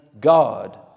God